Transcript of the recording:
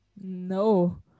No